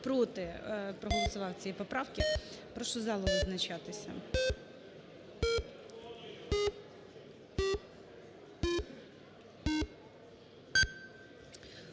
проти проголосував цієї поправки. Прошу залу визначатися.